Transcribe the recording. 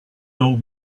old